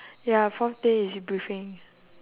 ya fourth day is briefing